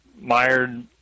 mired